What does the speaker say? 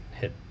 hit